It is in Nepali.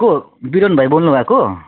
को बिरेन भाइ बोल्नुभएको